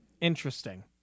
Interesting